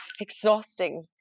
exhausting